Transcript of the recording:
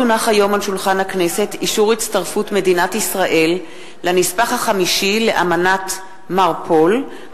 אישור הצטרפות מדינת ישראל לנספח החמישי לאמנת מרפול,